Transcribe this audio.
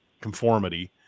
conformity